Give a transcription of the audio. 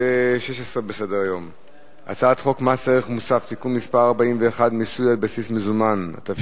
לפיכך אני קובע שהצעת חוק זו התקבלה בקריאה ראשונה